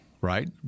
right